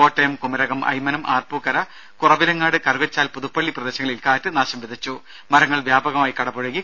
കോട്ടയം കുമരകം അയ്മനം ആർപ്പൂക്കര കുറവിലങ്ങാട് കറുകച്ചാൽ പുതുപ്പള്ളി പ്രദേശങ്ങളിൽ കാറ്റ് നാശം വിതച്ചു മരങ്ങൾ വ്യാപകമായി കടപുഴകി